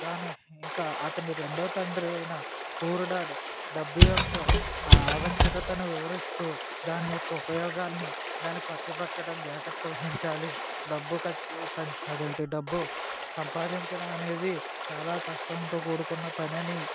తానే ఇంకా అతని రెండో తండ్రి అయిన పూర్ డాడ్ డబ్బు యొక్క ఆవశ్యకతను వివరిస్తూ దాని యొక్క ఉపయోగాల్నిదాని ఖర్చు పెట్టడం జాగ్రత్త వహించాలి డబ్బు ఖర్చు పెట్టాలి అంటే డబ్బు సంపాదించడం అనేది చాలా కష్టంతో కూడుకున్న పనని